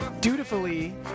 dutifully